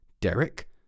derek